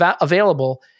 available